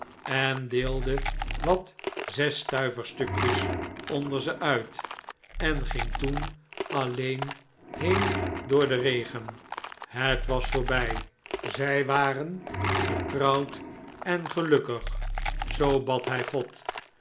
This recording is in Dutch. en deelde wat zesstuiverstukjes onder zeuit en ging toen alleen heen door den regen het was voorbij zij waren getrouwd en gelukkig zoo bad hij god